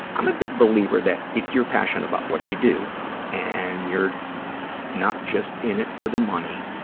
i'm a big believer that if you're passionate about what you do and you're not just in it for the money,